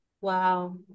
Wow